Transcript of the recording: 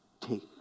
take